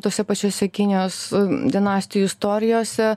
tose pačiose kinijos dinastijų istorijose